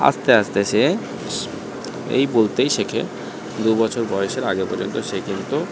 আস্তে আস্তে সে এই বলতেই শেখে দু বছর বয়সের আগে পর্যন্ত সে কিন্তু